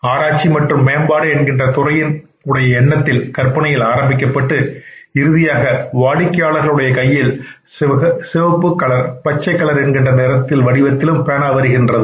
ஆராய்ச்சி மற்றும் மேம்பாடு என்கின்ற துறையின் உடைய எண்ணத்தில் கற்பனையில் ஆரம்பிக்கப்பட்டு இறுதியாக வாடிக்கையாளர் உடைய கையில் சிவப்பு கலர் பச்சை கலர் என்கின்ற நிறத்திலும் வடிவத்திலும் பேனா வருகின்றது